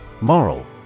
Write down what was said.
Moral